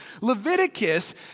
Leviticus